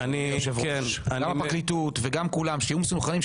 שגם הפרקליטות וגם כולם יהיו מסונכרנים,